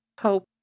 hope